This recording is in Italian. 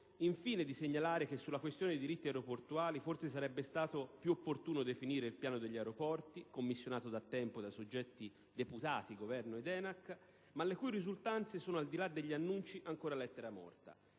infine di segnalare che sulla questione dei diritti aeroportuali forse sarebbe stato più opportuno definire il piano degli aeroporti, commissionato da tempo dai soggetti deputati quali Governo ed ENAC, ma le cui risultanze sono, al di là degli annunci, ancora lettera morta.